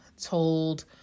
told